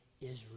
Israel